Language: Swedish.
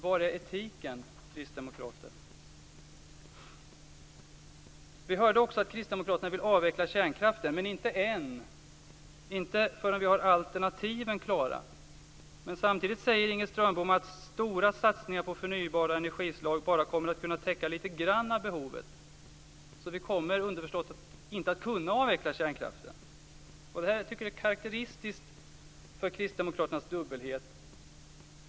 Var är etiken, kristdemokrater? Vi hörde också att Kristdemokraterna vill avveckla kärnkraften, men inte än, inte förrän vi har alternativen klara. Men samtidigt säger Inger Strömbom att stora satsningar på förnybara energislag bara kommer att kunna täcka lite grann av behovet. Så vi kommer underförstått inte att kunna avveckla kärnkraften. Detta tycker jag är karakteristiskt för Kristdemokraternas dubbelhet.